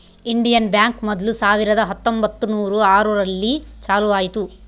Indian bank ಮೊದ್ಲು ಸಾವಿರದ ಹತ್ತೊಂಬತ್ತುನೂರು ಆರು ರಲ್ಲಿ ಚಾಲೂ ಆಯ್ತು